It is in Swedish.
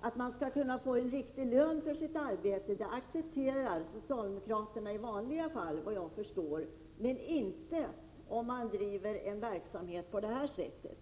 Att man skall kunna få en riktig lön för sitt arbete accepterar socialdemokraterna i vanliga fall, vad jag förstår, men inte om man driver en verksamhet i form av entreprenad.